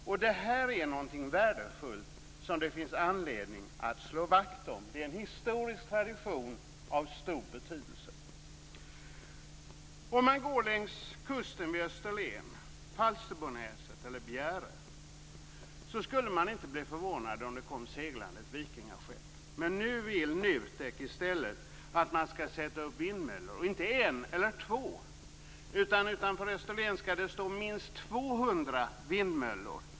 Detta är någonting värdefullt som det finns anledning att slå vakt om. Det är en historisk tradition av stor betydelse. Går man längs kusten vid Österlen, Falsterbonäset eller Bjäre blir man inte förvånad om ett vikingaskepp kommer seglande. Men nu vill NUTEK att vindmöllor skall sättas upp. Det handlar då inte om en eller två, utan utanför Österlen skall det stå minst 200 vindmöllor.